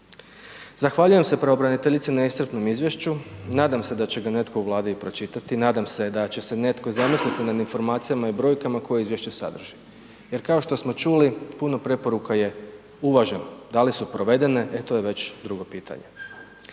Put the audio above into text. Zahvaljujem se pravobraniteljici na iscrpnom izvješću, nadam se da će ga netko u Vladi i pročitati, nadam se da će se netko zamisliti nad informacijama i brojkama koje izvješće sadrži. Jer kao što smo čuli puno preporuka je uvaženo. Da li su provedene e to je već drugo pitanje.